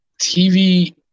TV